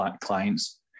clients